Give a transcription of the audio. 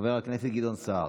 חבר הכנסת גדעון סער,